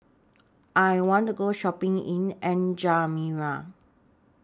I want to Go Shopping in N'Djamena